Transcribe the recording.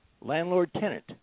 landlord-tenant